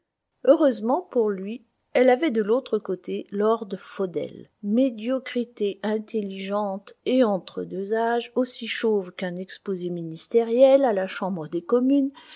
heureusement pour lui elle avait de l'autre côté lord faudel médiocrité intelligente et entre deux âges aussi chauve qu'un exposé ministériel à la chambre des communes